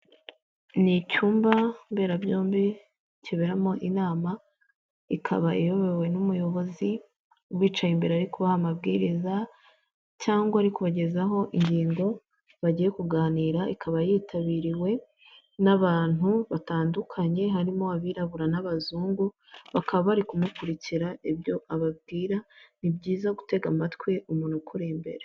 Ni icyumba mberabyombi kiberamo inama ikaba iyobowe n'umuyobozi ubicaye imbere arikubaha amabwiriza cyangwa ari kubagezaho ingingo bagiye kuganira ikaba yitabiriwe n'abantu batandukanye harimo abirabura n'abazungu bakaba bari kumukurikira ibyo ababwira, ni byiza gutega amatwi umuntu ukuri imbere .